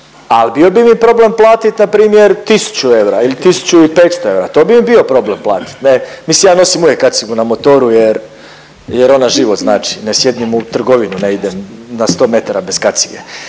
al bio bi mi problem platiti npr. tisuću eura ili tisuću i 500 eura, to bi mi bio problem platit ne. Mislim ja uvijek nosim kacigu na motoru jer ona život znači, ne sjednem u trgovinu ne idem na sto metara bez kacige,